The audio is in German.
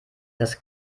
das